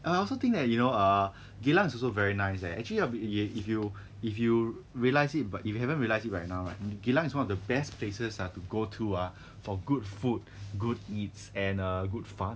err I also think that you know err geylang is also very nice eh actually if you if you realise it but if you haven't realised it like now right geylang is one of the best places to go to ah for good food good eats and err good fun